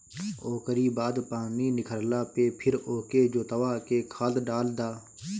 ओकरी बाद पानी निखरला पे फिर ओके जोतवा के खाद डाल दअ